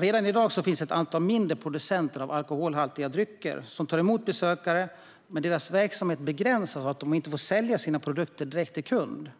Redan i dag finns ett antal mindre producenter av alkoholhaltiga drycker som tar emot besökare, men deras verksamhet begränsas av att de inte får sälja sina produkter direkt till kund.